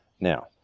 now